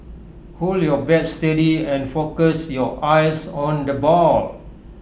hold your bat steady and focus your eyes on the ball